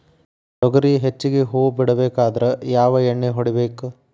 ತೊಗರಿ ಹೆಚ್ಚಿಗಿ ಹೂವ ಬಿಡಬೇಕಾದ್ರ ಯಾವ ಎಣ್ಣಿ ಹೊಡಿಬೇಕು?